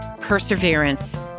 perseverance